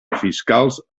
fiscals